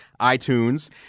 iTunes